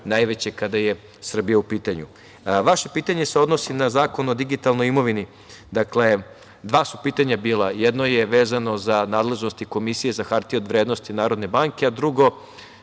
najveće kada je Srbija u pitanju. Vaše pitanje se odnosi na Zakon o digitalnoj imovini. Dakle, dva su pitanja bila. Jedno je vezano za nadležnosti Komisije za hartije od vrednosti Narodne banke, a drugo